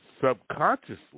subconsciously